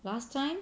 last time